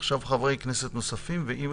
חברי כנסת נוספים, בבקשה.